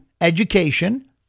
education